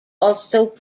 also